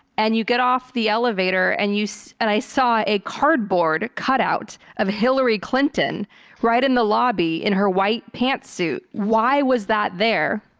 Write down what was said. and you get off the elevator and and i saw a cardboard cutout of hillary clinton right in the lobby in her white pant suit. why was that there?